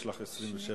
יש לך 27 דקות.